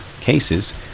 cases